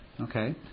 Okay